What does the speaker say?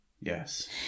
yes